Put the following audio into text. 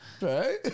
Right